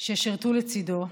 ששירתו לצידו,